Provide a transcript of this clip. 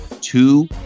Two